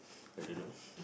I don't know